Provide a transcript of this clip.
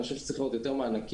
אני חושב שצריכים להיות יותר מענקים